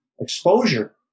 exposure